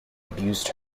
abused